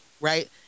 right